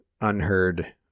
unheard